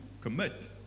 commit